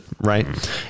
right